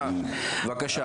אה, בבקשה.